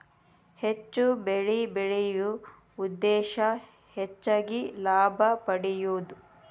ಹೆಚ್ಚು ಬೆಳಿ ಬೆಳಿಯು ಉದ್ದೇಶಾ ಹೆಚಗಿ ಲಾಭಾ ಪಡಿಯುದು